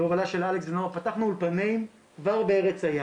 בהובלה של אלכס פתחנו אולפנים כבר בארץ היעד.